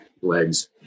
legs